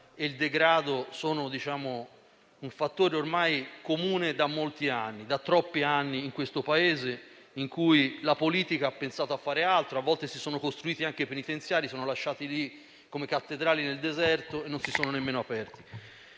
il degrado sono un fattore ormai comune da molti, troppi anni, in questo Paese in cui la politica ha pensato a fare altro. A volte, si sono costruiti anche penitenziari, ma sono stati lasciati come cattedrali nel deserto, senza essere stati nemmeno aperti.